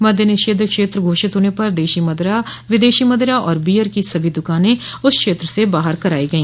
मद्य निषेध क्षेत्र घोषित होने पर देशी मदिरा विदेशी मदिरा और बीयर की सभी दुकानें उस क्षेत्र से बाहर कराई गई